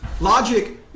Logic